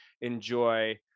enjoy